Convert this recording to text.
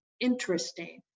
interesting